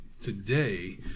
today